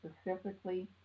specifically